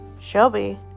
Shelby